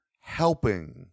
helping